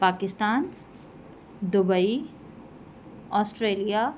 Pakistan Dubai Australia